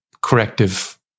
corrective